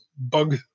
bug